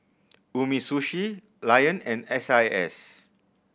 Umisushi Lion and S I S